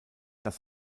dass